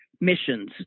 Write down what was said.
missions